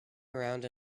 around